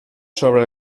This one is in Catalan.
sobre